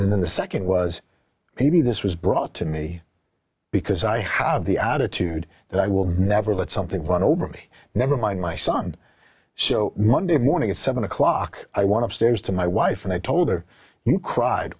in the nd was maybe this was brought to me because i have the attitude that i will never let something run over me never mind my son so monday morning at seven o'clock i want to stairs to my wife and i told her you cried